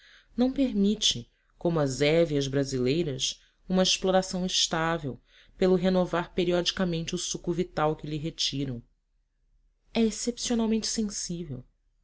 não permite como as heveas brasileiras uma exploração estável pelo renovar periodicamente o suco vital que lhe retiram é excepcionalmente sensível